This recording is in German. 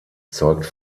zeugt